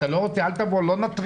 אם הוא לא רוצה, שלא יבוא.